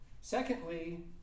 secondly